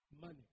money